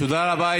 תודה רבה.